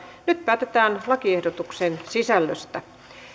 nyt päätetään lakiehdotuksen sisällöstä